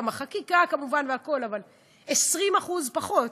גם החקיקה כמובן והכול, אבל 20% פחות.